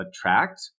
attract